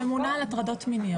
לא, ממונה על הטרדות מיניות.